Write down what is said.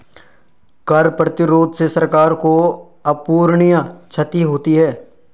कर प्रतिरोध से सरकार को अपूरणीय क्षति होती है